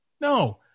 No